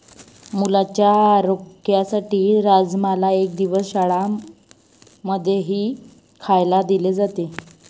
मुलांच्या आरोग्यासाठी राजमाला एक दिवस शाळां मध्येही खायला दिले जाते